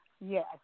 Yes